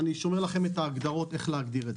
אני שומר לכם את ההגדרות איך להגדיר.